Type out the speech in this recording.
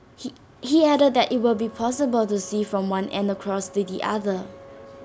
he he added that IT will be possible to see from one end across to the other